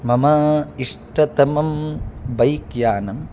मम इष्टतमं बैक् यानम्